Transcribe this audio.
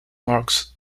marks